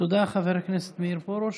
תודה, חבר הכנסת מאיר פרוש.